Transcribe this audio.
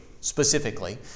specifically